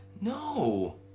No